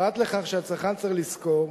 פרט לכך שהצרכן צריך לזכור